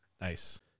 Nice